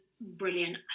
brilliant